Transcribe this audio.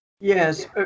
Yes